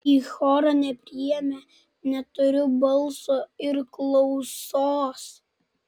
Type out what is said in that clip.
į chorą nepriėmė neturiu balso ir klausos